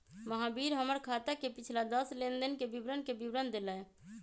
महावीर हमर खाता के पिछला दस लेनदेन के विवरण के विवरण देलय